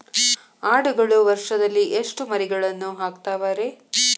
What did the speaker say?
ಆಡುಗಳು ವರುಷದಲ್ಲಿ ಎಷ್ಟು ಮರಿಗಳನ್ನು ಹಾಕ್ತಾವ ರೇ?